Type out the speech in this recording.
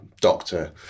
doctor